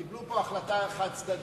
קיבלו פה החלטה חד-צדדית,